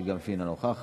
ואנחנו מקווים,